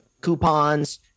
coupons